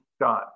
done